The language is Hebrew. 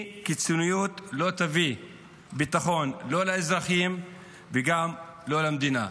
כי קיצוניות לא תביא ביטחון לא לאזרחים וגם לא למדינה.